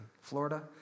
Florida